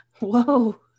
whoa